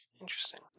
Interesting